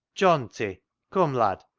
johnty, come lad.